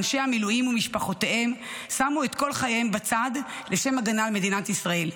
אנשי המילואים ומשפחותיהם שמו את כל חייהם בצד לשם הגנה על מדינת ישראל.